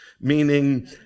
meaning